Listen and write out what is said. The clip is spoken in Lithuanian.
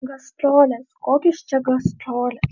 gastrolės kokios čia gastrolės